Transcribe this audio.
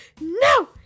no